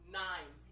nine